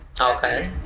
Okay